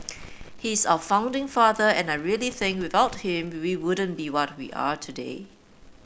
he's our founding father and I really think without him we wouldn't be what we are today